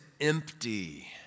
empty